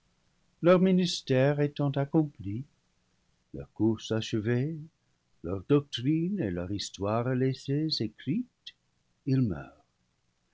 leur ministère étant accompli leur course achevée leur doctrine et leur histoire laissées écrites ils meurent